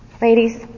Ladies